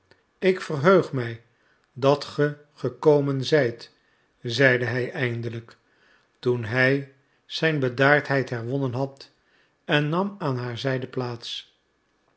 ik verheug mij dat ge gekomen zijt zeide hij eindelijk toen hij zijn bedaardheid herwonnen had en nam aan haar zijde plaats